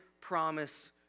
promise